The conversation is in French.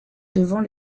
devant